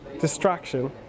distraction